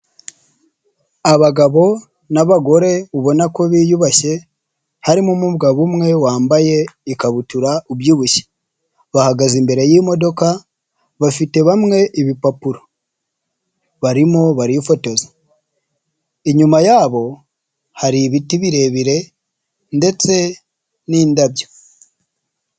Abagabo n'abagore ubona ko biyubashye, harimo umugabo umwe wambaye ikabutura ubyibushye. Bahagaze imbere y'imodoka bafite bamwe ibipapuro barimo barifotoza, inyuma yabo hari ibiti birebire ndetse n'indabyo.